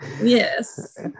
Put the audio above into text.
Yes